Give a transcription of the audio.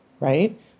Right